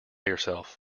yourself